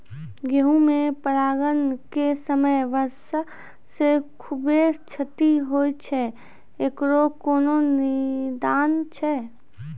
गेहूँ मे परागण के समय वर्षा से खुबे क्षति होय छैय इकरो कोनो निदान छै?